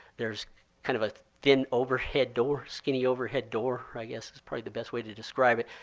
there's kind of a thin overhead door skinny overhead door, i guess is probably the best way to describe it.